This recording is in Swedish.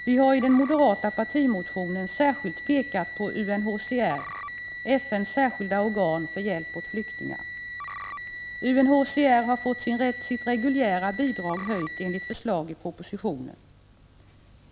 Vi har i den moderata partimotionen särskilt pekat på UNHCR, FN:s särskilda organ för hjälp åt flyktingar. UNHCR har fått sitt reguljära bidrag höjt enligt förslag i propositionen.